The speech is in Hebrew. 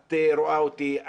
את רואה אותי.